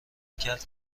کرد